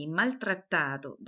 maltrattato